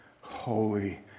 holy